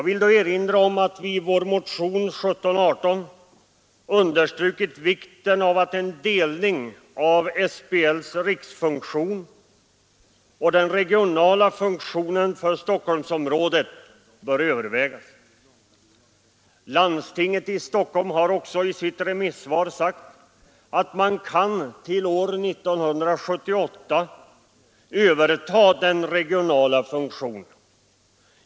I motion 1718 har vi understrukit att en delning av SBL:s riksfunktion och den regionala funktionen för Stockholmsområdet bör övervägas. Landstinget i Stockholm har också i sitt remissvar sagt att man till år 1978 kan överta den regionala funktionen.